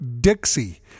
Dixie